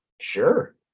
Sure